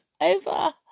over